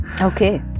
Okay